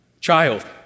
Child